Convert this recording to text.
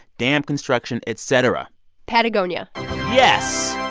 dam construction, et cetera patagonia yes.